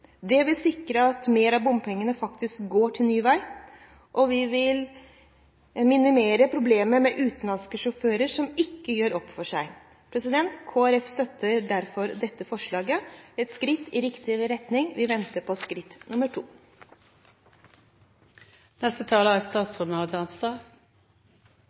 vil sikre at mer av bompengene faktisk går til ny vei. Vi vil minimere problemet med utenlandske sjåfører som ikke gjør opp for seg. Kristelig Folkeparti støtter derfor dette forslaget. Det er et skritt i riktig retning – vi venter på skritt nr. 2. Det er